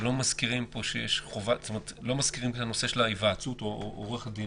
ולא מזכירים את הנושא של ההיוועצות או עורך הדין.